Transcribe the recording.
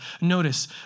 Notice